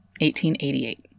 1888